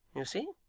you see